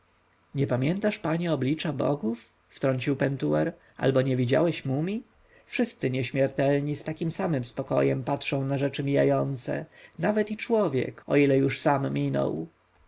nie pamiętasz panie oblicza bogów wtrącił pentuer albo nie widziałeś mumij wszyscy nieśmiertelni z takim samym spokojem patrzą na rzeczy mijające nawet i człowiek o ile już sam minął